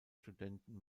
studenten